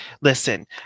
listen